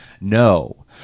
no